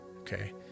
okay